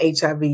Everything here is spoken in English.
HIV